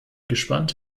gespannt